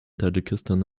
tajikistan